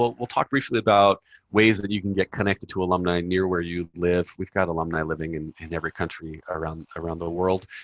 we'll we'll talk briefly about ways that you can get connected to alumni near where you live. we've got alumni living in in every country around around the world.